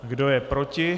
Kdo je proti?